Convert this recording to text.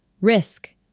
risk